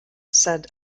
said